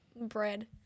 bread